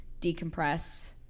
decompress